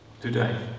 today